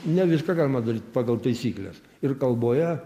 ne viską galima daryt pagal taisykles ir kalboje